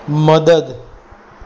મદદ